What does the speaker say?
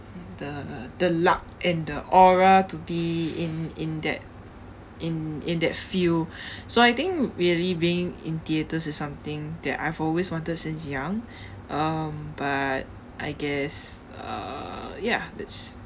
the the luck and the aura to be in in that in in that field so I think really being in theaters is something that I have always wanted since young um but I guess uh ya it's